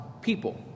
people